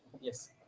Yes